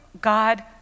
God